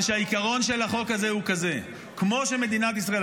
שהעיקרון של החוק הזה הוא כזה: כמו שמדינת ישראל,